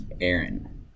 Aaron